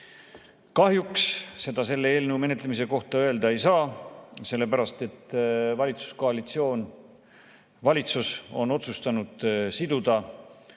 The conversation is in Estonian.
Kahjuks seda selle eelnõu menetlemise kohta öelda ei saa, sellepärast et valitsuskoalitsioon, valitsus on otsustanud siduda